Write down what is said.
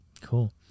Cool